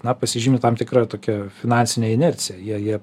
na pasižymi tam tikra tokia finansine inercija jie jie